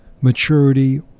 maturity